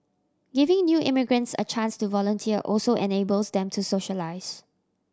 giving new immigrants a chance to volunteer also enables them to socialise